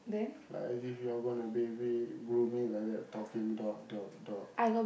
like as if you're gonna bathe it groom it like that talking dog dog dog